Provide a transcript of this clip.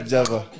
Java